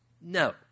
no